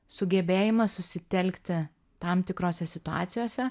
sugebėjimas susitelkti tam tikrose situacijose